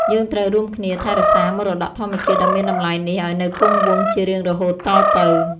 យើងត្រូវរួមគ្នាថែរក្សាមរតកធម្មជាតិដ៏មានតម្លៃនេះឱ្យនៅគង់វង្សជារៀងរហូតតទៅ។យើងត្រូវរួមគ្នាថែរក្សាមរតកធម្មជាតិដ៏មានតម្លៃនេះឱ្យនៅគង់វង្សជារៀងរហូតតទៅ។